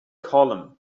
column